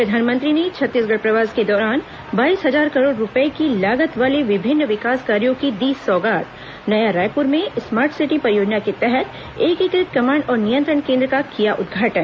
प्रधानमंत्री ने छत्तीसगढ़ प्रवास के दौरान बाईस हजार करोड़ रूपये की लागत वाले विभिन्न विकास कार्यों की दी सौगात नया रायपुर में स्मार्ट सिटी परियोजना के तहत एकीकृत कमांड और नियंत्रण केंद्र का किया उदघाटन